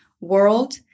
world